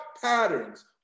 patterns